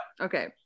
Okay